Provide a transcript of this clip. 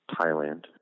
Thailand